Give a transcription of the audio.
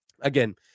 again